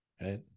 right